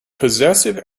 possessive